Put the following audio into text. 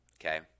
okay